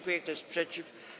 Kto jest przeciw?